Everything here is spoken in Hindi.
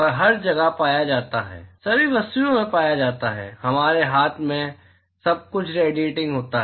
यह हर जगह पाया जाता है यह सभी वस्तुओं में पाया जाता है हमारे हाथ में सब कुछ रेडिएटिंग होता है